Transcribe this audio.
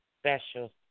special